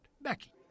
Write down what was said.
Becky